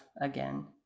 again